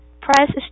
press